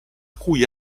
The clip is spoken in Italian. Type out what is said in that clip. cui